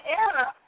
error